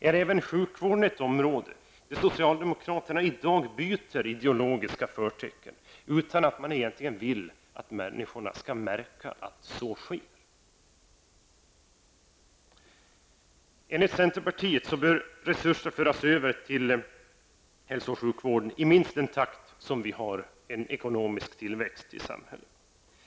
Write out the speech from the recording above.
Är även sjukvården ett område där socialdemokraterna i dag byter ideologiska förtecken utan att de vill att människorna skall märka att så sker? Enligt centerpartiet bör resurser föras över till hälso och sjukvården i minst samma takt som den ekonomiska tillväxten ökar.